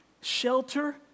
shelter